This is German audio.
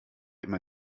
immer